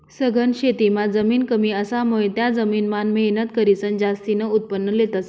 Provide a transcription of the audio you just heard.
सघन शेतीमां जमीन कमी असामुये त्या जमीन मान मेहनत करीसन जास्तीन उत्पन्न लेतस